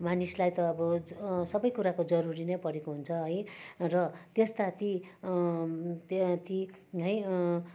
मानिसलाई त अब सबै कुराको जरुरी परेको हुन्छ है र त्यस्ता ती त्यहाँ ती है